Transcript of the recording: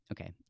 okay